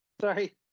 Sorry